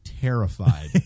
terrified